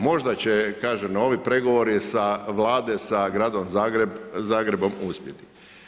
Možda će kažem, ovi pregovori Vlade sa gradom Zagrebom uspjeti.